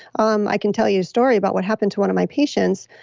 um i can tell you a story about what happened to one of my patients.